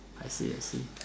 I see I see